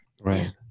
Right